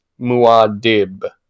Muad'Dib